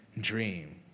dream